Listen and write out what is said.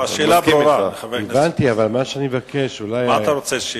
מה אתה רוצה,